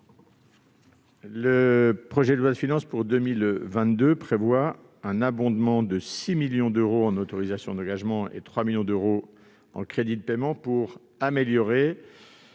Le projet de loi de finances pour 2022 prévoit un abondement de 6 millions d'euros en autorisations d'engagement et de 3 millions d'euros en crédits de paiement pour améliorer